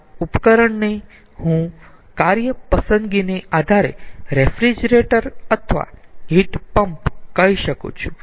આ ઉપકરણને હું કાર્ય પસંદગીને આધારે રેફ્રિજરેટર અથવા હીટ પંપ કહી શકું છું